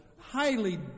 highly